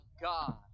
God